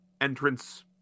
entrance